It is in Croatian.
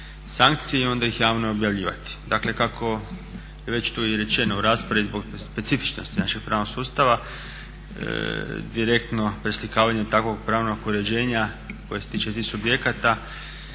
sankcije i onda ih javno objavljivati. Dakle, kako je već tu i rečeno u raspravi zbog specifičnosti našeg pravnog sustava direktno preslikavanje takvog pravnog uređenja koje se tiče tih subjekata